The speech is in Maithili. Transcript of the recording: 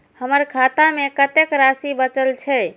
हमर खाता में कतेक राशि बचल छे?